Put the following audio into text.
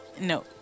No